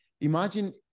imagine